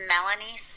Melanie